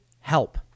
help